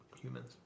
humans